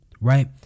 Right